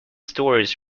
stories